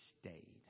stayed